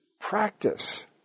practice